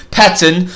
pattern